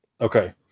Okay